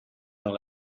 dans